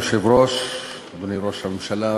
אדוני היושב-ראש, אדוני ראש הממשלה,